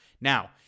Now